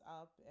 up